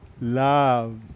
love